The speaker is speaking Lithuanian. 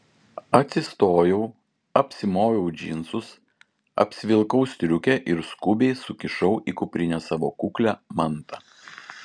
atsistojau apsimoviau džinsus apsivilkau striukę ir skubiai sukišau į kuprinę savo kuklią mantą